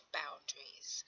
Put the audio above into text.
boundaries